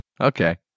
Okay